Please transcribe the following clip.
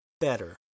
better